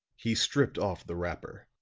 he stripped off the wrapper,